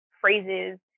phrases